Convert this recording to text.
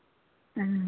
हाँ